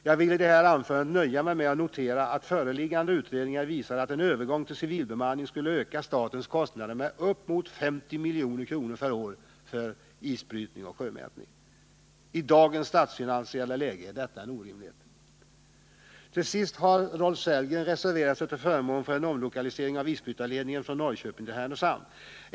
Jag skall i det här anförandet nöja mig med att notera att föreliggande utredningar visar att en övergång till civilbemanning skulle öka statens kostnader med bortemot 50 milj.kr. för isbrytning och sjömätning. I dagens statsfinansiella läge är detta en orimlighet. Till sist: Rolf Sellgren har reserverat sig till förmån för en omlokalisering av isbrytarledningen från Norrköping till Härnösand.